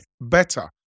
better